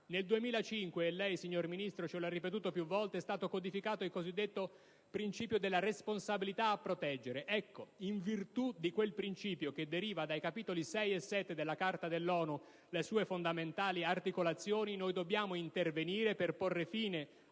internazionale. Signor Ministro, lei ci ha ripetuto più volte che nel 2005 è stato codificato il cosiddetto principio della responsabilità a proteggere. In virtù di quel principio, che deriva dai capitoli VI e VII della Carta delle Nazioni Unite le sue fondamentali articolazioni, noi dobbiamo intervenire per porre fine